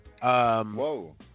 Whoa